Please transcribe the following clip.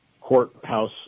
courthouse